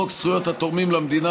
הוא חוק זכויות התורמים למדינה,